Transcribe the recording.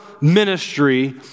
ministry